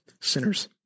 sinners